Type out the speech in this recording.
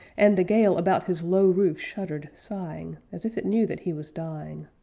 and the gale about his low roof shuddered, sighing, as if it knew that he was dying.